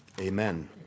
amen